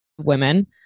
women